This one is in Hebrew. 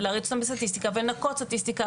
להריץ אותם בסטטיסטיקה ולנקות סטטיסטיקה,